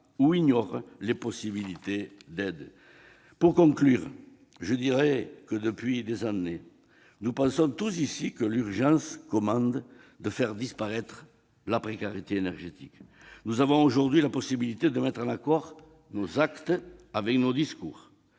ou ignorent les possibilités d'aides. Pour conclure, je dirai que, depuis des années, nous pensons tous ici que l'urgence commande de faire disparaître la précarité énergétique. Nous avons aujourd'hui la possibilité de mettre en accord nos actes avec nos discours.